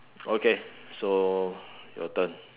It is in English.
okay so your turn